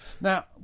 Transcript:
Now